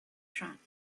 trance